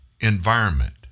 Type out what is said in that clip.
environment